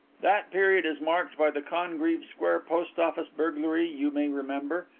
that period is marked by the congreave square post office burglary, you may remember.